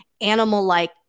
animal-like